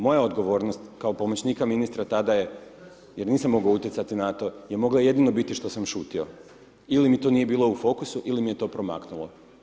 Moja odgovornost kao pomoćnika ministra tada je, jer nisam mogao utjecati na to, je mogla jedino biti što sam šutio, ili mi to nije bilo u fokusu, ili mi je to promaknulo.